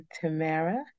Tamara